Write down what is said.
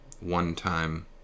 one-time